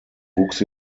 wuchs